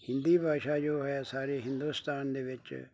ਹਿੰਦੀ ਭਾਸ਼ਾ ਜੋ ਹੈ ਸਾਰੇ ਹਿੰਦੁਸਤਾਨ ਦੇ ਵਿੱਚ